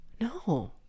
No